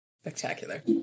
Spectacular